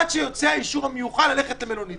עד שיוצא האישור המיוחד ללכת למלונית.